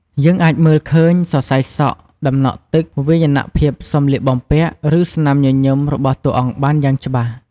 យើងអាចមើលឃើញ សរសៃសក់ ដំណក់ទឹក វាយនភាពសម្លៀកបំពាក់ ឬស្នាមញញឹមរបស់តួអង្គបានយ៉ាងច្បាស់ ។